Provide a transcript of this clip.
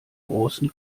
großen